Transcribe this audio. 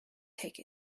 take